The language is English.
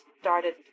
started